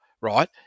Right